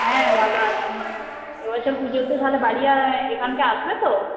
হ্যাঁ ভালো আছি এবছর পুজোতে তাহলে বাড়ি এখানে আসবে তো